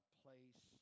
place